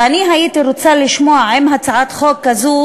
ואני הייתי רוצה לשמוע עם הצעת החוק הזו